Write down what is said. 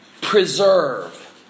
Preserve